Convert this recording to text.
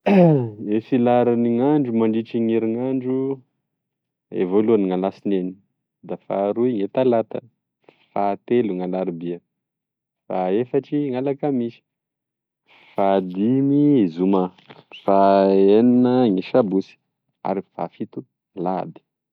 gne filaharany gn'andro mandritry gn'erinandro de voloany gn'alasiainy, da faharoy gne talata, fahatelo gn'alarobia, fahaefatry gn'alakamisy, fahadimy e zoma, fahaenina gne sabosy, ary e fahafito lahady.